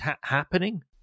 happening